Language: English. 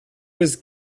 was